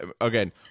Again